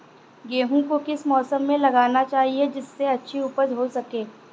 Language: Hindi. गेहूँ को किस मौसम में लगाना चाहिए जिससे अच्छी उपज हो सके?